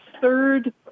third